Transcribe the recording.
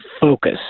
focus